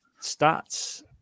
stats